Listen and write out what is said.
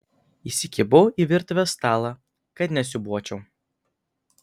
įsikibau į virtuvės stalą kad nesiūbuočiau